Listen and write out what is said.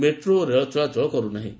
ମେଟ୍ରେ ଓ ରେଳ ଚଳାଚଳ କରୁ ନାହିଁ